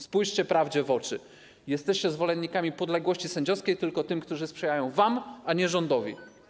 Spójrzcie prawdziwe w oczy, jesteście zwolennikami podległości sędziowskiej, tylko podległości tym, którzy sprzyjają wam, a nie rządowi.